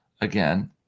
again